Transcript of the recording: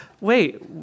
Wait